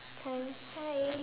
time hi